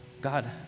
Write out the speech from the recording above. God